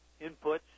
inputs